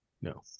no